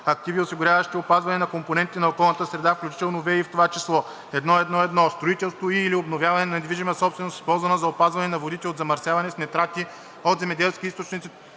Активи, осигуряващи опазване на компонентите на околната среда, включително ВЕИ, в това число: 1.1.1. Строителство и/или обновяване на недвижима собственост, използвана за опазване на водите от замърсяване с нитрати от земеделски източници